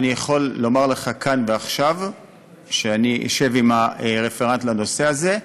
אני יכול לומר לך כאן ועכשיו שאני אשב עם הרפרנט לנושא הזה,